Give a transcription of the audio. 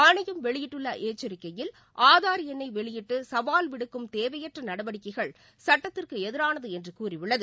ஆணையம் வெளியிட்டுள்ளஎச்சரிக்கையில் ஆதார் எண்ணைவெளியிட்டுசவால் விடுக்கும் தேவையற்றநடவடிக்கைகள் சட்டத்திற்குஎதிரானதுஎன்றுகூறியுள்ளது